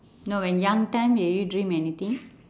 no when young time did you dream anything